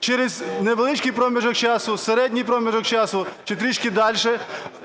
через невеличкий проміжок часу, середній проміжок часу чи трішки дальше,